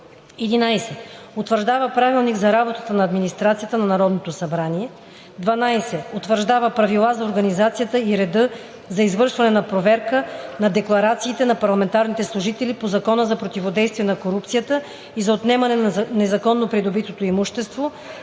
11. утвърждава правилник за работата на администрацията на Народното събрание; 12. утвърждава правила за организацията и реда за извършване на проверка на декларациите на парламентарните служители по Закона за противодействие на корупцията и за отнемане на незаконно придобитото имущество